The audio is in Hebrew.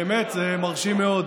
באמת זה מרשים מאוד.